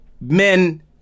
men